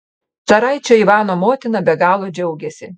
caraičio ivano motina be galo džiaugiasi